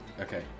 Okay